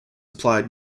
applied